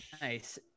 Nice